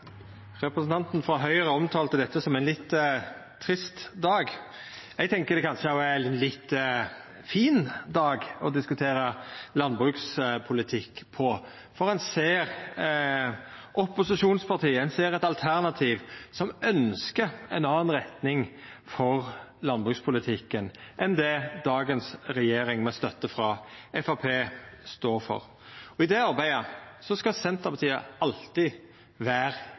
ein litt fin dag å diskutera landbrukspolitikk på, for ein ser opposisjonspartia, ein ser eit alternativ som ønskjer ei anna retning for landbrukspolitikken enn det dagens regjering med støtte frå Framstegspartiet står for. I det arbeidet skal Senterpartiet alltid